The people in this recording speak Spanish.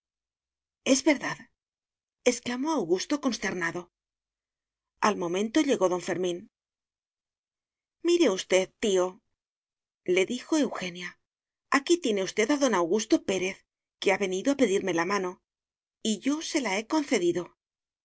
es verdad exclamó augusto consternado al momento llegó don fermín mire usted tíole dijo eugenia aquí tiene usted a don augusto pérez que ha venido a pedirme la mano y yo se la he concedido